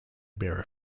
bearer